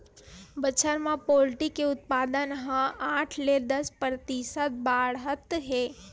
बछर म पोल्टी के उत्पादन ह आठ ले दस परतिसत बाड़हत हे